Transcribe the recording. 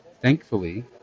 Thankfully